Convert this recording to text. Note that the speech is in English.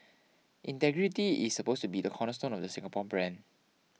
integrity is supposed to be the cornerstone of the Singapore brand